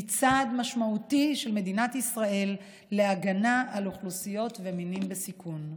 היא צעד משמעותי של מדינת ישראל להגנה על אוכלוסיות ומינים בסיכון.